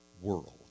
world